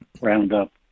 Roundup